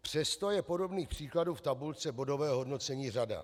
Přesto je podobných příkladů v tabulce bodového hodnocení řada.